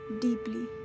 deeply